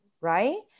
right